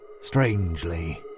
strangely